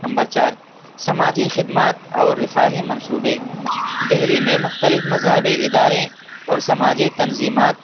number چار سماجی خدمات اور رفاہی منصوبے دہلی میں مختلف مذہبی اداریں اور سماجی تنظیمات